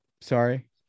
sorry